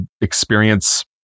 experience